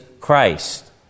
Christ